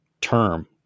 term